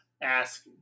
Ask